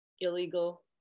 illegal